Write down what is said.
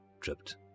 tripped